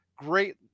Great